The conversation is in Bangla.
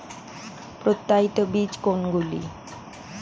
প্রত্যায়িত বীজ কোনগুলি?